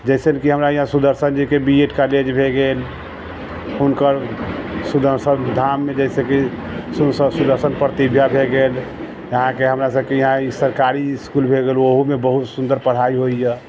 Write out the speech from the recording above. जइसन कि हमरा यहाँ सुदर्शन जीके बी एड कॉलेज भऽ गेल हुनकर सुदर्शन धाममे जइसे कि सुनसँ सुदर्शन प्रतिभा भऽ गेल अहाँके हमरा सबके यहाँ ई सरकारी इसकुल भऽ गेल ओहोमे बहुत सुन्दर पढ़ाइ होइए